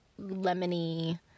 lemony